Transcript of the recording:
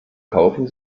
kaufen